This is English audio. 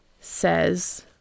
says